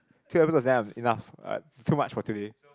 two enough uh too much for today